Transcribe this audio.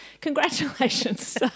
Congratulations